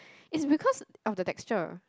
is because of the textures